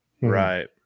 Right